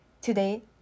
today